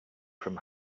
from